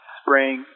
spring